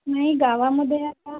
मी गावामध्ये आता